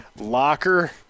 Locker